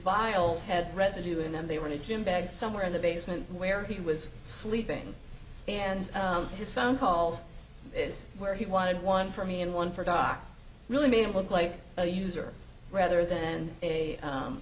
files had residue in them they were in a gym bag somewhere in the basement where he was sleeping and his phone calls is where he wanted one for me and one for doc really made him look like a user rather then a